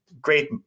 great